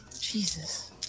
Jesus